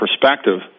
perspective